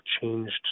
changed